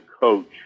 coach